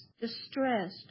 distressed